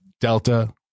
Delta